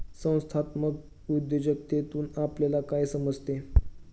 संस्थात्मक उद्योजकतेतून आपल्याला काय समजते?